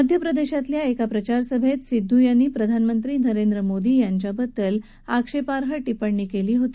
मध्यप्रदेशातल्या एका प्रचारसभेत सिध्दू यांनी प्रधानमंत्री नरेंद्र मोदी यांच्याबद्दल आक्षेपाई टिपण्णी केली होती